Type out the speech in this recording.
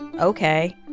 Okay